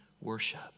worship